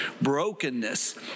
brokenness